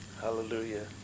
Hallelujah